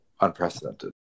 unprecedented